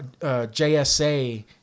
JSA